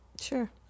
Sure